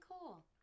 cool